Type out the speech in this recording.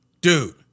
Dude